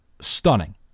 stunning